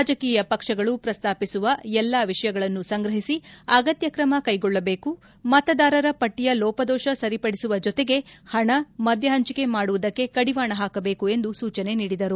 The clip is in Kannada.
ರಾಜಕೀಯ ಪಕ್ಷಗಳು ಪ್ರಸ್ತಾಪಿಸುವ ಎಲ್ಲಾ ವಿಷಯಗಳನ್ನು ಸಂಗ್ರಹಿಸಿ ಅಗತ್ಯ ಕ್ರಮ ಕ್ವೆಗೊಳ್ಳಬೇಕು ಮತದಾರರ ಪಟ್ಟಿಯ ಲೋಪದೋಷ ಸರಿಪಡಿಸುವ ಜೊತೆಗೆ ಹಣ ಮದ್ಯ ಹಂಚಿಕೆ ಮಾಡುವುದಕ್ಕೆ ಕಡಿವಾಣ ಹಾಕಬೇಕು ಎಂದು ಸೂಚನೆ ನೀಡಿದರು